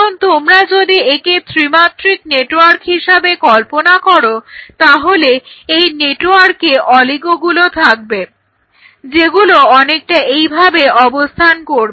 এখন তোমরা যদি একে ত্রিমাত্রিক নেটওয়ার্ক হিসেবে কল্পনা করো তাহলে এই নেটওয়ার্কে অলিগোগুলো থাকবে যেগুলো অনেকটা এইভাবে অবস্থান করবে